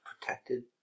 protected